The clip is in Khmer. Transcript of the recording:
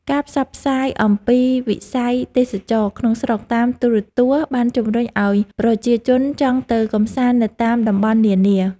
ការផ្សព្វផ្សាយអំពីវិស័យទេសចរណ៍ក្នុងស្រុកតាមទូរទស្សន៍បានជំរុញឱ្យប្រជាជនចង់ទៅកម្សាន្តនៅតាមតំបន់នានា។